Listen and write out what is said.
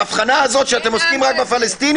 האבחנה הזו שאתם עושים לגבי העם הפלסטיני